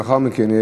לאחר מכן,